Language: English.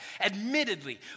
Admittedly